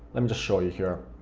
um just show you here.